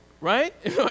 right